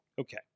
Okay